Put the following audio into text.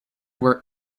where